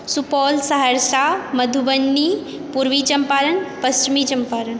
सुपौल सहरसा मधुबनी पूर्वी चम्पारण पश्चिमी चम्पारण